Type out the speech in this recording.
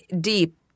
deep